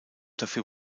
dafür